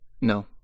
No